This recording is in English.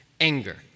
anger